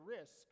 risk